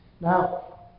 Now